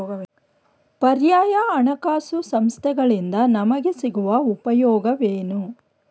ಪರ್ಯಾಯ ಹಣಕಾಸು ಸಂಸ್ಥೆಗಳಿಂದ ನಮಗೆ ಸಿಗುವ ಉಪಯೋಗವೇನು?